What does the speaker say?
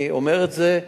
אני אומר את זה,